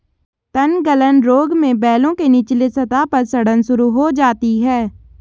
तनगलन रोग में बेलों के निचले सतह पर सड़न शुरू हो जाती है